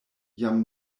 jam